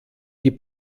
die